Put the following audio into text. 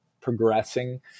progressing